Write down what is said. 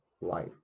life